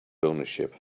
ownership